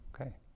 Okay